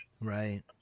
Right